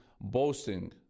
boasting